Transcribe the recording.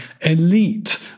elite